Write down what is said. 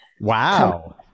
Wow